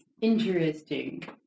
Interesting